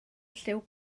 lliw